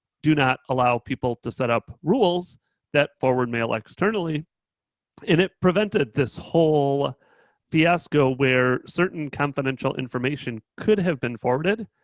do not allow people to set up rules that forward mail externally. and it prevented this whole fiasco where certain confidential information could have been forwarded.